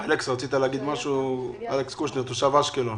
חבר הכנסת אלכס קושניר, תושב אשקלון,